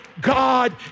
God